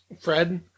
Fred